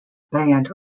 band